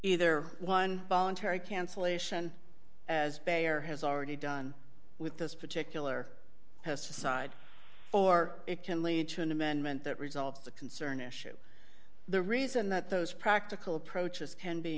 either one voluntary cancellation as bayer has already done with this particular pesticide or it can lead to an amendment that resolves the concern issue the reason that those practical approaches can be